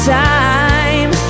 time